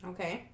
Okay